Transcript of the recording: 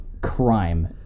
crime